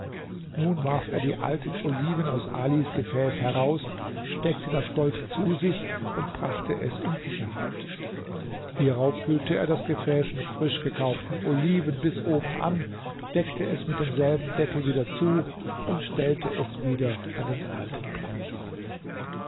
nun warf er die alten oliven aus alis gefäß heraus steckte das gold zu sich und brachte es in sicherheit hierauf füllte er das gefäß mit frischgekauften oliven bis oben an deckte es mit demselben deckel wieder zu und stellte es wieder an den alten platz